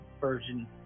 version